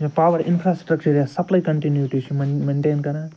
یا power infrastructure یا supply continuity چھِ یِمن منٹین کَران